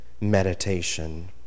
meditation